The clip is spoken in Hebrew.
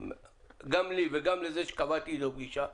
גם לי וגם לזה שקבעתי לו פגישה,